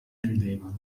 ridevano